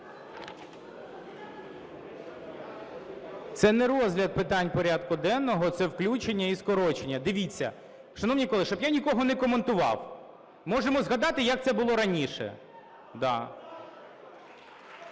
Це не розгляд питань порядку денного, це включення і скорочення. Дивіться, шановні колеги, щоб я нікого не коментував. Можемо згадати, як це було раніше.